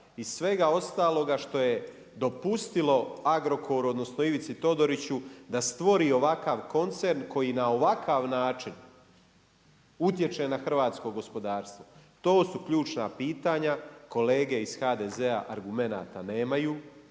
i svega ostaloga što je dopustilo Agrokoru, odnosno Ivici Todoriću da stvori ovakav koncern koji na ovakav način utječe na hrvatsko gospodarstvo. To su ključna pitanja. Kolege iz HDZ-a argumenta nemaju,